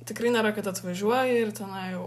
tikrai nėra kad atvažiuoji ir tenai